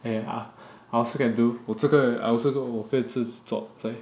then ah I also can do 我这个我可以